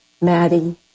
Maddie